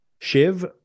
Shiv